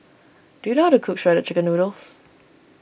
do you know how to cook Shredded Chicken Noodles